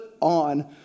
on